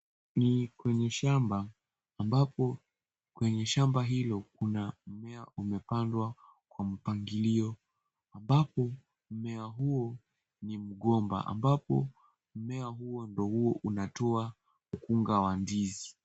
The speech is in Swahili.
Ni kwenye shamba, ambapo kwenye shamba hilo kuna mmea umepandwa kwa mpangilio. Ambapo mmea huo ni mgomba. Ambapo mmea huo, ndio huwa unatoa mkunga wa ndizi.